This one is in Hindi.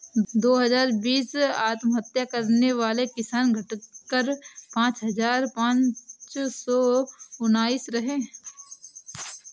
दो हजार बीस में आत्महत्या करने वाले किसान, घटकर पांच हजार पांच सौ उनासी रहे